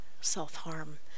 self-harm